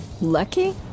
Lucky